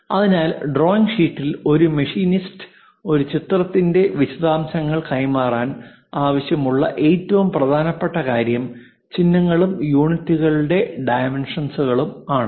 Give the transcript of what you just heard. അതിനാൽ ഡ്രോയിംഗ് ഷീറ്റിൽ ഒരു മെഷീനിസ്റ്റിന് ഒരു ചിത്രത്തിന്റെ വിശദാംശങ്ങൾ കൈമാറാൻ ആവശ്യമായ ഏറ്റവും പ്രധാനപ്പെട്ട കാര്യം ചിഹ്നങ്ങളും യൂണിറ്റുകളുടെ ഡൈമെൻഷൻസ്കളും ആണ്